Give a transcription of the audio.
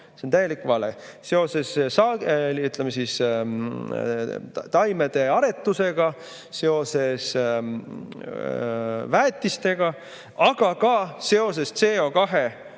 See on täielik vale! Seoses taimede aretusega, seoses väetistega, aga ka seoses